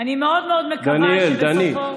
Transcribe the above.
אני מאוד מקווה שבסופו, דניאל, דנית.